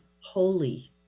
holy